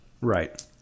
Right